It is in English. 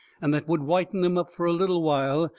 and that would whiten them up fur a little while,